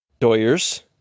Doyers